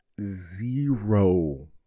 zero